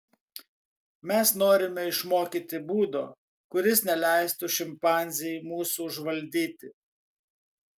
mes norime išmokyti būdo kuris neleistų šimpanzei mūsų užvaldyti